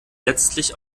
letztlich